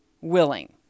willing